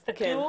בבקשה, תסתכלו,